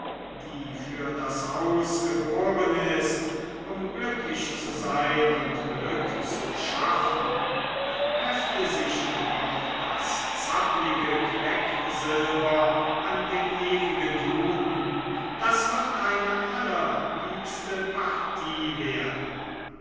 die für das haus geboren ist um glücklich zu sein und glück zu schaffen hefte sich doch das zapplige quecksilber an den ewigen juden das wird eine allerliebste partie werden